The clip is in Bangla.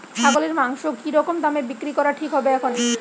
ছাগলের মাংস কী রকম দামে বিক্রি করা ঠিক হবে এখন?